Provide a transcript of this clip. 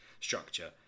structure